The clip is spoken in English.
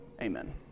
amen